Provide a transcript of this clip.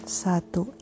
satu